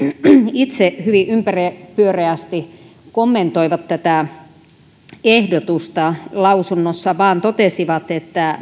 itse hyvin ympäripyöreästi kommentoivat tätä ehdotusta lausunnossa vain totesivat että